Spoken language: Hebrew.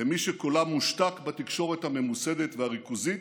למי שקולם מושתק בתקשורת הממוסדת והריכוזית,